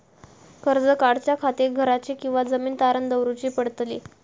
कर्ज काढच्या खातीर घराची किंवा जमीन तारण दवरूची पडतली?